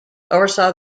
oversaw